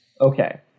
Okay